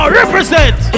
represent